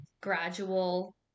gradual